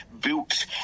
built